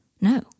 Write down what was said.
No